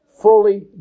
fully